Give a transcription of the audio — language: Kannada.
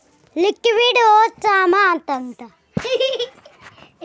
ಬ್ಯಾಂಕ್ ನಮುಗ್ ಯವಾಗ್ ಬೇಕ್ ಅವಾಗ್ ಬಡ್ಡಿ ಹಾಕಿ ಸಾಲ ಕೊಡ್ತುದ್